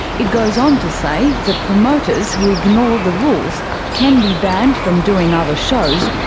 it goes on to say that promoters who ignore the rules can be banned from doing other shows,